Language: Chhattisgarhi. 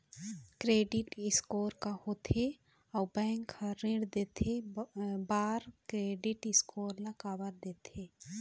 क्रेडिट स्कोर का होथे अउ बैंक हर ऋण देहे बार क्रेडिट स्कोर ला काबर देखते?